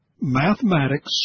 mathematics